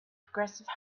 progressive